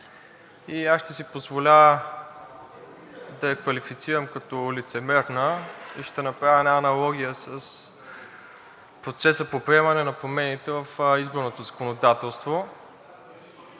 и ще си позволя да я квалифицирам като лицемерна и ще направя една аналогия с процеса по приемане на промените в изборното законодателство.